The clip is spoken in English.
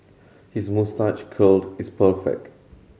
his moustache curled is perfect